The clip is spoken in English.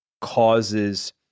causes